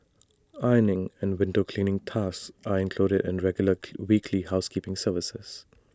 ironing and window cleaning tasks are included in regular weekly housekeeping service